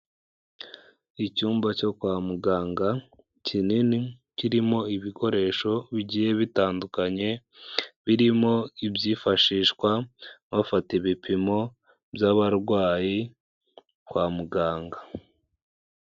Icyumba cyo kwa muganga kinini kirimo ibikoresho bigiye bitandukanye birimo ibyifashishwa bafata ibipimo by'abarwayi kwa muganga.